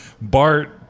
Bart